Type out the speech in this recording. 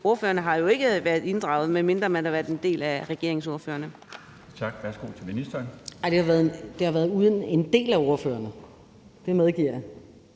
Ordførerne har jo ikke været inddraget, medmindre man har været en del af regeringsordførerne.